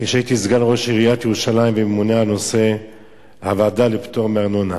כשהייתי סגן ראש עיריית ירושלים וממונה על נושא הוועדה לפטור מארנונה,